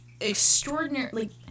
extraordinarily